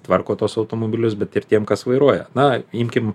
tvarko tuos automobilius bet ir tiem kas vairuoja na imkim